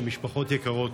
משפחות יקרות,